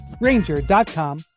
ranger.com